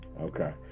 okay